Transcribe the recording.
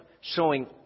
Showing